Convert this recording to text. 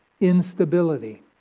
instability